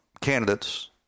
candidates